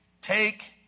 Take